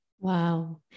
Wow